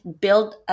build